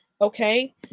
okay